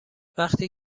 وقتی